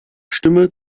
stimme